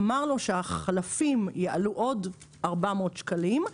אמר לו שהחלפים יעלו עוד ארבע מאות שקלים.